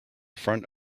front